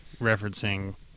referencing